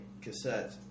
cassettes